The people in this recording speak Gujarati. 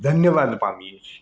ધન્યવાદ પામીએ છીએ